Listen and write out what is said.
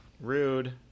Rude